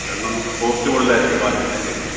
കാരണം നമക്ക് കോസ്റ്റ് കൂടുതലായിരിക്കും വാർക്കുന്നതിൻ്റെ